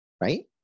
Right